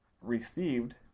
received